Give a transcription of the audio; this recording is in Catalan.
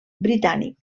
britànic